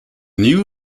new